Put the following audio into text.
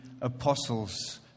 apostles